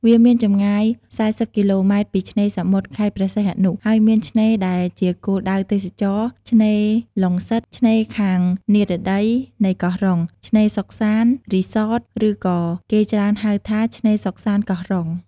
វាមានចំងាយ ៤០គីឡូម៉ែតពីឆ្នេរសមុទ្រខេត្តព្រះសីហនុ ហើយមានឆ្នេរដែលជាគោលដៅទេសចរណ៍ ឆ្នេរឡុងសិត ឆ្នេរខាងនិរតីនៃកោះរ៉ុង ឆ្នេរសុខសាន្ត រីសត ឬក៏គេច្រើនហៅថា ឆ្នេរសុខសាន្ត កោះរ៉ុង។